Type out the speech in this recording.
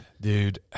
Dude